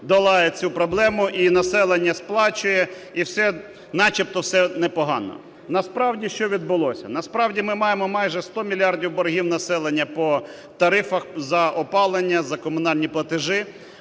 долає цю проблему, і населення сплачує, і все начебто все не погано. Насправді що відбулося? Насправді ми маємо майже 100 мільярдів боргів населення по тарифах за опалення, за комунальні платежі.